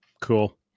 cool